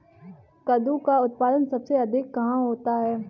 कद्दू का उत्पादन सबसे अधिक कहाँ होता है?